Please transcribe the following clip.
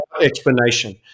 explanation